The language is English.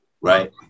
right